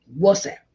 WhatsApp